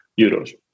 euros